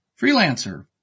Freelancer